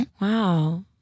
Wow